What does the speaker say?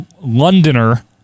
Londoner